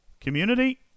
Community